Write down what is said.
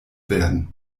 werden